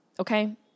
Okay